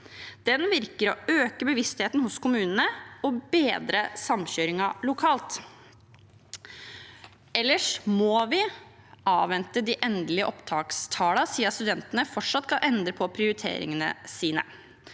Den virker å øke bevisstheten hos kommunene og bedre samkjøringen lokalt. Ellers må vi avvente de endelige opptakstallene siden studentene fortsatt kan endre på prioriteringene sine.